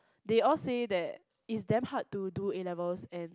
they all say that it's damn hard to do A-levels and